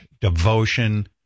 devotion